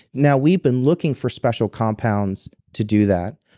now, we've been looking for special compounds to do that.